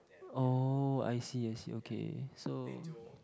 oh I see I see okay so